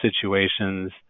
situations